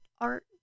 Art